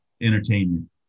entertainment